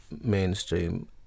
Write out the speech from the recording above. mainstream